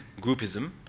groupism